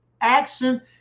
action